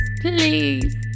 Please